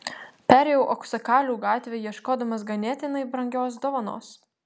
perėjau auksakalių gatve ieškodamas ganėtinai brangios dovanos